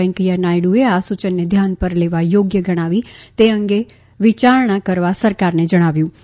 વેકૈયા નાયડુએ આ સુચનને ધ્યાન પર લેવા યોગ્ય ગણાવીને તે અંગે વિયારણા સરકારને જણાવ્યું હતું